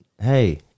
hey